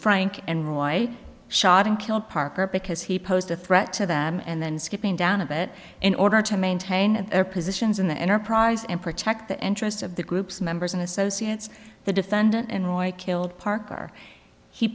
frank and roy shot and killed parker because he posed a threat to them and then skipping down a bit in order to maintain their positions in the enterprise and protect the interests of the group's members and associates the defendant and roy killed parker he